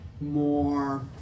more